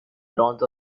bronze